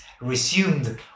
resumed